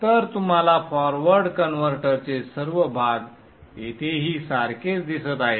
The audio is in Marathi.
तर तुम्हाला फॉरवर्ड कन्व्हर्टरचे सर्व भाग येथेही सारखेच दिसत आहेत